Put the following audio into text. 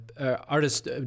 artist